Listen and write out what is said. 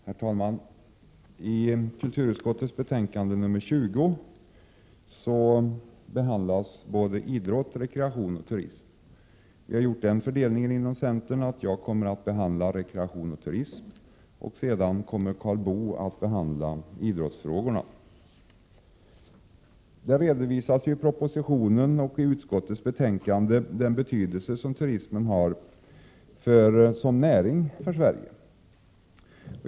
Herr talman! I kulturutskottets betänkande nr 20 behandlas idrott, rekreation och turism. Vi har gjort den fördelningen inom centern att jag kommer att ta upp rekreation och turism, medan Karl Boo kommer att tala om idrottsfrågorna. Den betydelse som turismen har som näring för Sverige redovisas i propositionen och i utskottets betänkande.